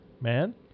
man